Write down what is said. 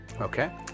okay